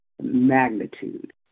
magnitude